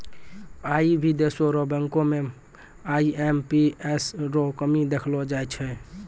आई भी देशो र बैंको म आई.एम.पी.एस रो कमी देखलो जाय छै